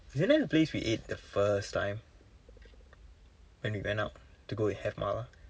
isn't that the place we ate the first time when we went out to go and have mala